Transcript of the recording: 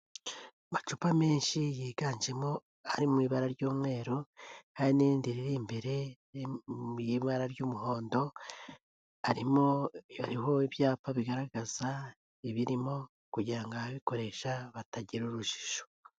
Amacupa menshi yiganjemo ari mu ibara ry'umweru, hari n'irindi riri imbere riri mu ibara ry'umuhondo, hariho ibyapa bigaragaza ibirimo kugira ngo ababikoresha batagira urujijo.